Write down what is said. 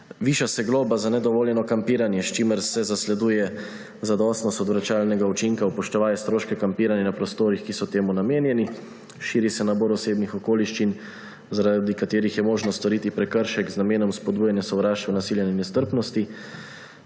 Viša se globa za nedovoljeno kampiranje, s čimer se zasleduje zadostnost odvračalnega učinka, upoštevaje stroške kampiranja na prostorih, ki so temu namenjeni. Širi se nabor osebnih okoliščin, zaradi katerih je možno storiti prekršek z namenom spodbujanja sovraštva, nasilja in nestrpnosti.